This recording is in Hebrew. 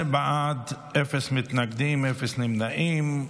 11 בעד, אין מתנגדים ואין נמנעים,